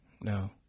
No